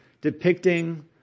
depicting